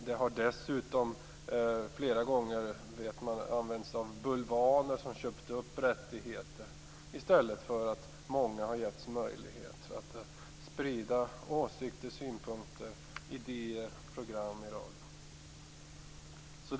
Det har dessutom flera gånger använts bulvaner som köpt upp rättigheter i stället för att många skulle ha getts möjlighet att sprida åsikter, synpunkter, idéer och program i radion.